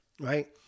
Right